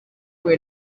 fue